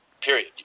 period